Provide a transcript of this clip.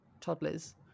toddlers